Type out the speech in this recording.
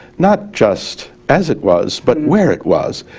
not just as it was, but where it was,